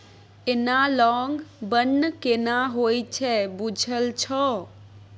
Analogue बन्न केना होए छै बुझल छौ?